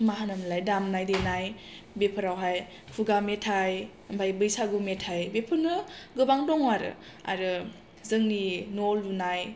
मा होनोमोनलाय दामनाय देनाय बेफोरावहाय खुगा मेथाय ओमफ्राय बैसागु मेथाय बेफोरनो गोबां दं आरो जोंनि न' लुनाय